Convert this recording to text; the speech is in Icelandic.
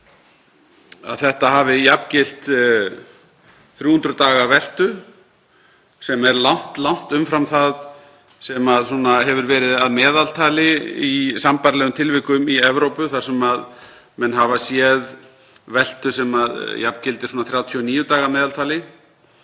að þetta hafi jafngilt 300 daga veltu, sem er langt umfram það sem hefur verið að meðaltali í sambærilegum tilvikum í Evrópu, þar sem menn hafa séð veltu sem jafngildir 39 dögum að meðaltali.